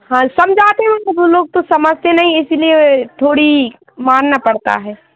हाँ समझते हैं उनको वह लोग तो समझते नहीं इसीलिए थोड़ी मारना पड़ता है